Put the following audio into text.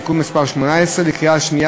עיסאווי